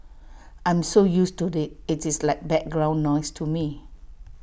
I am so used to IT it is like background noise to me